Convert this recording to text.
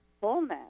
fullness